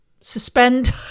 suspend